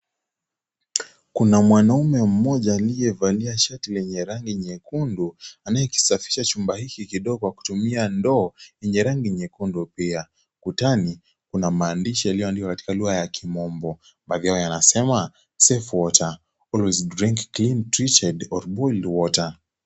Kuna mwanaume mmoja aliyevalia shati lenye rangi nyekundu anayekisafisha chumba hiki kidogo kwa kutumia ndoo yenye rangi nyekundu pia. Ukutani kuna maandishi yaliyoandikwa katika lugha ya kimombo, baadhi yao yanasema safe water, always drink clean, treated or boiled water .